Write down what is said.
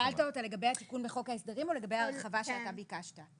התיקון בחוק ההסדרים או לגבי ההרחבה שאתה ביקשת?